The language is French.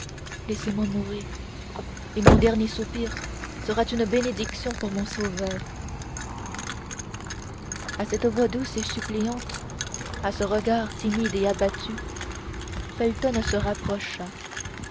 laissez-moi mourir et mon dernier soupir sera une bénédiction pour mon sauveur à cette voix douce et suppliante à ce regard timide et abattu felton se rapprocha